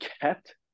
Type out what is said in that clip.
kept